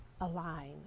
align